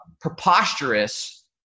preposterous